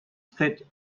split